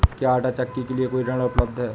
क्या आंटा चक्की के लिए कोई ऋण उपलब्ध है?